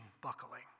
buckling